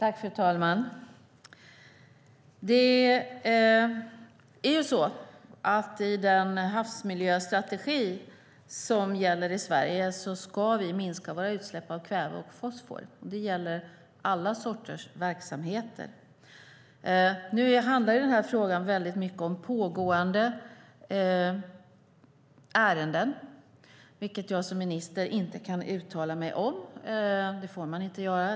Fru talman! Enligt den havsmiljöstrategi som gäller i Sverige ska vi minska våra utsläpp av kväve och fosfor. Det gäller alla sorters verksamheter. Den här frågan handlar om pågående ärenden, vilka jag som minister inte kan uttala mig om. Det får jag inte göra.